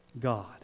God